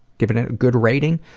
giving it a good rating.